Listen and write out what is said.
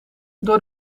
door